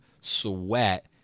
sweat